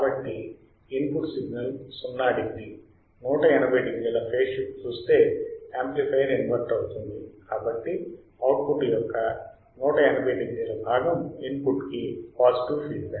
కాబట్టి input signal 0 degree 180 డిగ్రీల phase shift చూస్తే యాంప్లిఫైయర్ ఇన్వర్ట్ అవుతుంది కాబట్టి అవుట్పుట్ యొక్క 180 డిగ్రీ భాగం ఇన్పుట్ కి పాజిటివ్ ఫీడ్ బ్యాక్